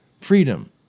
freedom